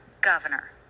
governor